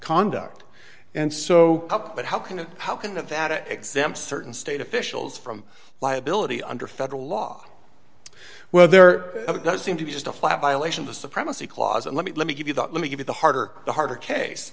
conduct and so up but how can it how can that that exempts certain state officials from liability under federal law well there does seem to be just a flat violation of the supremacy clause and let me let me give you that let me give you the harder the harder